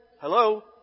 hello